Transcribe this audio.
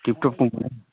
tiptop company